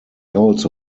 also